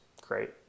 great